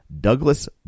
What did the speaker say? Douglas